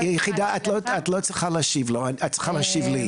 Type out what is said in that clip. את לא צריכה להשיב לו, את צריכה להשיב לי.